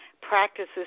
Practices